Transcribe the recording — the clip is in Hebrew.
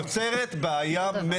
יוצרת בעיה.